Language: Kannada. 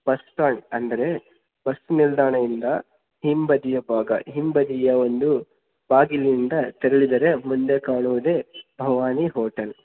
ಬಸ್ ಸ್ಟ್ಯಾಂಡ್ ಅಂದ್ರೆ ಬಸ್ ನಿಲ್ದಾಣದಿಂದ ಹಿಂಬದಿಯ ಭಾಗ ಹಿಂಬದಿಯ ಒಂದು ಬಾಗಿಲಿನಿಂದ ತೆರಳಿದರೆ ಮುಂದೆ ಕಾಣುವುದೇ ಭವಾನಿ ಹೋಟೆಲ್